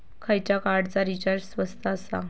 खयच्या कार्डचा रिचार्ज स्वस्त आसा?